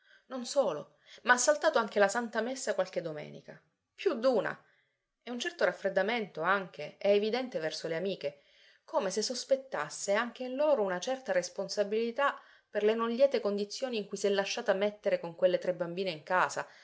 non solo ma ha saltato anche la santa messa qualche domenica più d'una e un certo raffreddamento anche è evidente verso le amiche come se sospettasse anche in loro una certa responsabilità per le non liete condizioni in cui s'è lasciata mettere con quelle tre bambine in casa